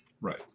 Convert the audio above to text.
Right